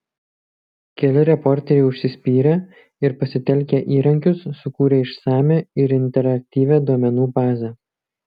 keli reporteriai užsispyrė ir pasitelkę įrankius sukūrė išsamią ir interaktyvią duomenų bazę